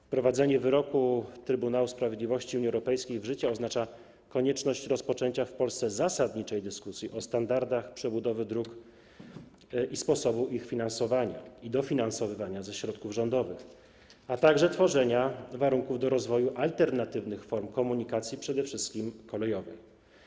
Wprowadzenie wyroku Trybunału Sprawiedliwości Unii Europejskiej w życie oznacza konieczność rozpoczęcia w Polsce zasadniczej dyskusji o standardach przebudowy dróg i sposobie ich finansowania i dofinansowywania ze środków rządowych, a także tworzenia warunków do rozwoju alternatywnych form komunikacji - przede wszystkim kolejowej.